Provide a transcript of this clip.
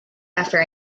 after